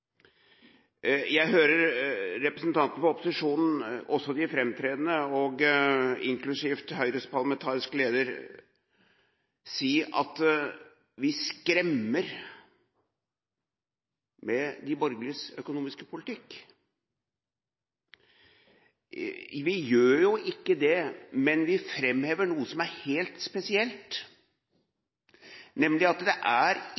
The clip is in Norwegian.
Jeg hører representantene for opposisjonen – også de framtredende, inklusiv Høyres parlamentariske leder – si at vi skremmer med de borgerliges økonomiske politikk. Vi gjør jo ikke det, men vi framhever noe som er helt spesielt, nemlig at det ikke er